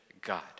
God